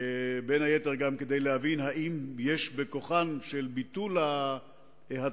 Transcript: בין היתר כדי להבין אם יש בכוחו של ביטול ההטבות